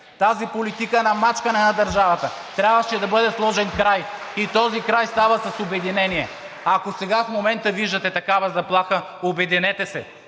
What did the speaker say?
тази политика на мачкане на държавата, трябваше да бъде сложен край и този край става с обединение. Ако сега в момента виждате такава заплаха – обединете се,